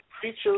Preachers